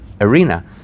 arena